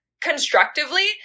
constructively